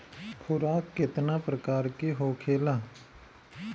खुराक केतना प्रकार के होखेला?